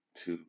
two